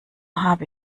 habe